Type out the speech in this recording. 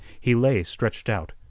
he lay stretched out,